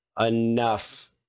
enough